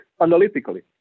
analytically